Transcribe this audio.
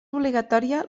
obligatòria